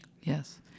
Yes